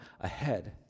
ahead